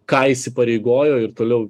ką įsipareigojo ir toliau